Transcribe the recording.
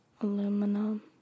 Aluminum